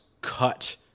cut